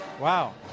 wow